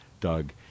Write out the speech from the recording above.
Doug